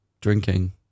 drinking